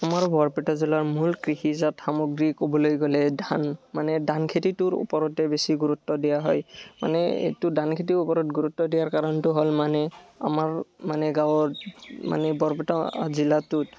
আমাৰ বৰপেটা জিলাৰ মূল কৃষিজাত সামগ্ৰী ক'বলৈ গ'লে ধান মানে ধান খেতিটোৰ ওপৰতে বেছি গুৰুত্ব দিয়া হয় মানে এইটো ধান খেতিৰ ওপৰত গুৰুত্ব দিয়াৰ কাৰণটো হ'ল মানে আমাৰ মানে গাঁৱৰ মানে বৰপেটা জিলাটোত